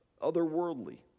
otherworldly